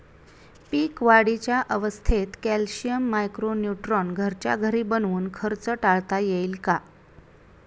पीक वाढीच्या अवस्थेत calcium, micro neutron घरच्या घरी बनवून खर्च टाळता येईल का?